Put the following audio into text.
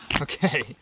Okay